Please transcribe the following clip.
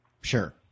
Sure